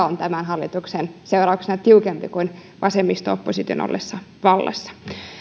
on tämän hallituksen seurauksena tiukempi kuin vasemmisto opposition ollessa vallassa